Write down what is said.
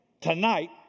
tonight